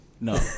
No